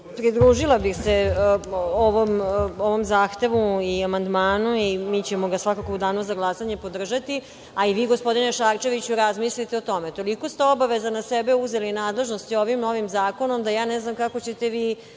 bih se ovom zahtevu i amandmanu i svakako ćemo ga u danu za glasanje podržati, a i vi gospodine Šarčeviću, razmislite o tome. Toliko ste obaveza na sebe uzeli i nadležnosti ovim novim zakonom, da ja ne znam kako ćete vi